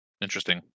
Interesting